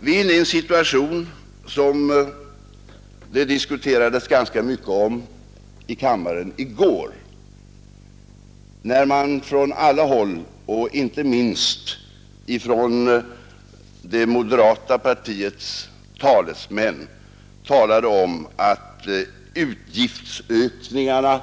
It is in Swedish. Vi är inne i en situation, som det diskuterades ganska mycket om i kammaren i går, när man från alla håll — inte minst moderata samlingspartiets talesmän — talade om att utgiftsökningarna